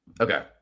Okay